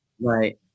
right